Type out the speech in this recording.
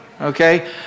Okay